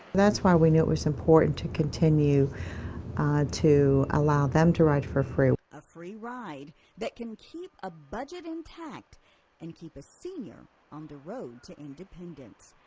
that's why we knew it was important to continue to allow them to ride for free. a free ride that can keep a budget intact and keep a senior on the road to independence.